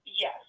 Yes